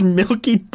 milky